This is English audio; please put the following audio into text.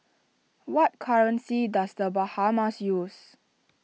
what currency does the Bahamas use